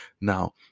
Now